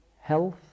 health